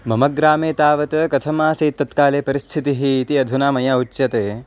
मम ग्रामे तावत् कथमासीत् तत्काले परिस्थितिः इति अधुना मया उच्यते